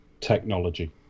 technology